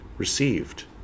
received